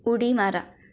उडी मारा